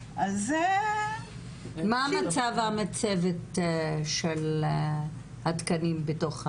מה מצב המצבת של התקנים בתוך הרשות?